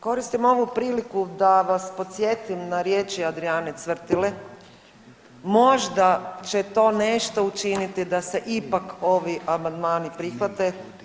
Koristim ovu priliku da vas podsjetim na riječi Adrijane Cvrtile, možda će to nešto učiniti da se ipak ovi amandmani prihvate.